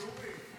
ניסים ואטורי (הליכוד):